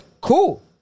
cool